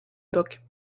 époque